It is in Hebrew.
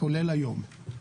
כולל היום.